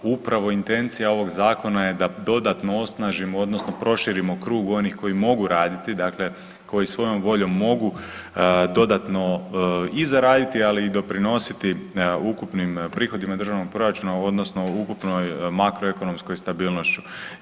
Upravo intencija ovog Zakona je da dodatno osnažimo odnosno proširimo krug onih koji mogu raditi dakle koji svojom voljom mogu dodatno i zaraditi ali i doprinositi ukupnim prihodima državnog proračuna odnosno ukupnoj makroekonomskoj stabilnošću.